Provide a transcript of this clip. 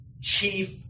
chief